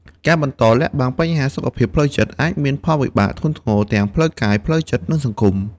ការបន្តលាក់បាំងបញ្ហាសុខភាពផ្លូវចិត្ត អាចមានផលវិបាកធ្ងន់ធ្ងរទាំងផ្លូវកាយ ផ្លូវចិត្ត និងសង្គម។